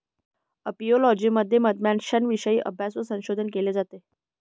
apiology मध्ये मधमाश्यांविषयी अभ्यास व संशोधन केले जाते